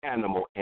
Animal